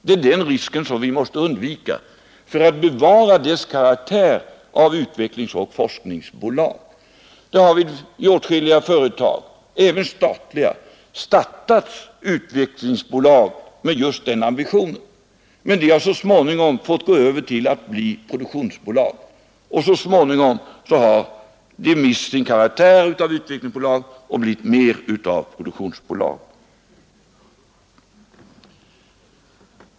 Det är den risken som vi måste undvika för att bevara dess karaktär av utvecklingsoch forskningsbolag. Det har vid åtskilliga företag, även statliga, startats utvecklingsbolag med just den ambitionen, men de har så småningom fått gå över till att bli produktionsbolag och mist sin karaktär av utvecklingsbolag och blivit mer av produktionsbolag.